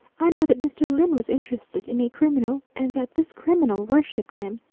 i know that mr. lyne was interested in a criminal, and that this criminal worshipped him.